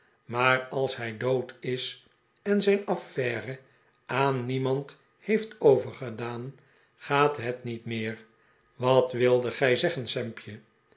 maar als hij dood is en zijn affaire aan niemand heeft o vergedaan gaat het niet meer wat wildet gij zeggen sampje